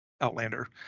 Outlander